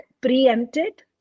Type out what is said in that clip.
preempted